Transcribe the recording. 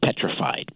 petrified